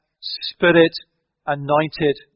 Spirit-anointed